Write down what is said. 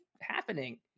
happening